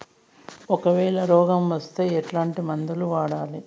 ఒకవేల రోగం వస్తే ఎట్లాంటి మందులు వాడాలి?